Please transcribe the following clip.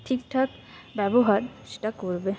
ঠিকঠাক ব্যবহার সেটা করবে